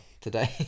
today